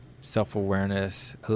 self-awareness